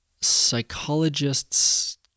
psychologists